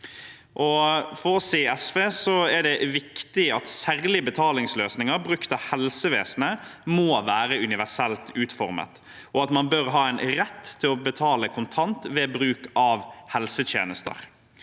For oss i SV er det viktig at særlig betalingsløsninger brukt av helsevesenet må være universelt utformet, og at man bør ha en rett til å betale kontant ved bruk av helsetjenester.